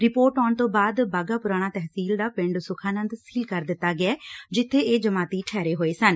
report ਆਉਣ ਤੋਂ ਬਾਅਦ ਬਾਘਾ ਪੁਰਾਣਾ ਤਹਿਸੀਲ ਦਾ ਪਿੰਡ ਸੁਖਾਨੰਦ ਸ਼ੀਲ ਕਰ ਦਿੱਤਾ ਗਿਐ ਜਿੱਥੇ ਇਹ ਜਮਾਤੀ ਠਹਿਰੇ ਹੋਏ ਸਨ